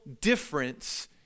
difference